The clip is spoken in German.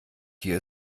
hier